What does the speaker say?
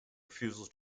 refusal